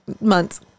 Months